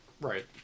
Right